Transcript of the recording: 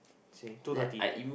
say two thirty